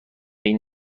این